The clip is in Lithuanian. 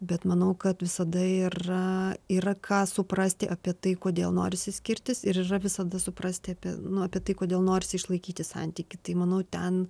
bet manau kad visada yra yra ką suprasti apie tai kodėl norisi skirtis ir yra visada suprasti apie nu apie tai kodėl norisi išlaikyti santykį tai manau ten